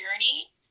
journey